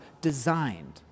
designed